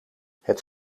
het